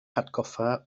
hatgoffa